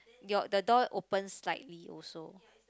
your the door open slightly also